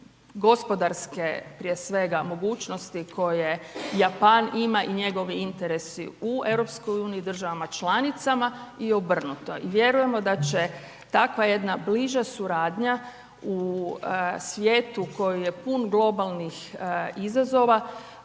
gospodarske, prije svega, mogućnosti koje Japan ima i njegovi interesi u EU i državama članicama i obrnuto i vjerujemo da će takva jedna bliža suradnja, u svijetu koji je pun globalnih izazova,